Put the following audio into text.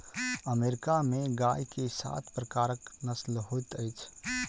America में गाय के सात प्रकारक नस्ल होइत अछि